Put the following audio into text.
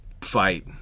fight